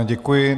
Děkuji.